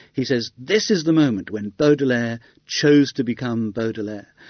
he says, this is the moment when baudelaire chose to become baudelaire.